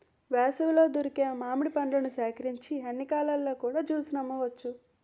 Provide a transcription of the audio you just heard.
వేసవిలో దొరికే మామిడి పండ్లను సేకరించి అన్ని కాలాల్లో కూడా జ్యూస్ ని అమ్మవచ్చు